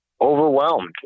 overwhelmed